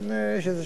בכל מקרה,